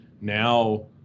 now